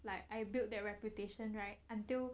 like I built that reputation right until